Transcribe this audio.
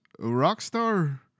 Rockstar